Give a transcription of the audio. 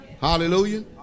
Hallelujah